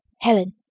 Helen